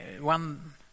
one